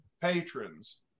patrons